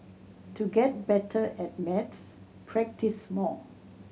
to get better at maths practise more